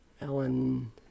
Ellen